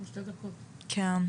בבקשה.